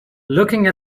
looking